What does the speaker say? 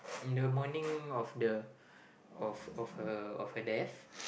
in the morning of the of of her of her death